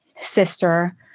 sister